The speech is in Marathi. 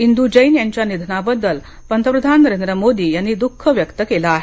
इंदू जैन यांच्या निधनाबद्दल पंतप्रधान नरेंद्र मोदी यांनी दःख व्यक्त केलं आहे